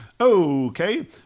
Okay